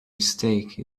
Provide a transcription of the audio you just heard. mistake